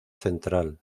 central